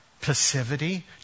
passivity